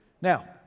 Now